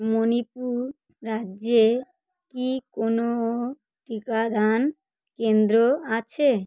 মণিপুর রাজ্যে কি কোনও টিকাদান কেন্দ্র আছে